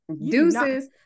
Deuces